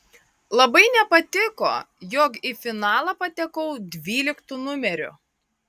labai nepatiko jog į finalą patekau dvyliktu numeriu